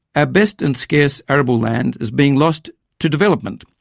our best and scarce arable land is being lost to development,